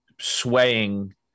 swaying